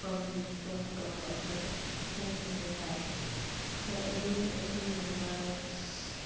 ꯀꯛꯇꯧꯕ ꯑꯗꯨ ꯑꯗꯨ ꯁꯤꯖꯤꯟꯅꯩ ꯑꯗ ꯑꯩ ꯑꯁꯤꯒꯨꯝꯕ